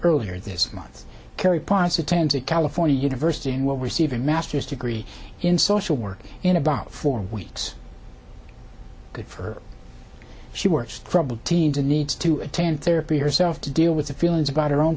earlier this month carey price attends a california university and will receive a masters degree in social work in about four weeks good for she works troubled teens and needs to attend therapy herself to deal with the feelings about her own